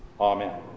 Amen